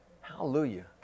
Hallelujah